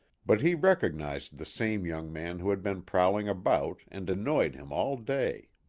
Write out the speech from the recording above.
but he recognized the same young man who had been prowling about and annoying him all day.